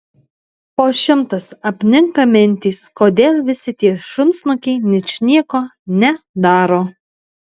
po šimtas apninka mintys kodėl visi tie šunsnukiai ničnieko ne daro